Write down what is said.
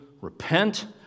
repent